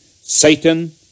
Satan